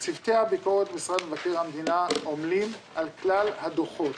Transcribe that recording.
צוותי הביקורת במשרד מבקר המדינה עומלים על כלל הדוחות